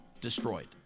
destroyed